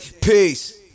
Peace